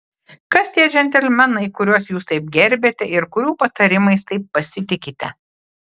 kas tie džentelmenai kuriuos jūs taip gerbiate ir kurių patarimais taip pasitikite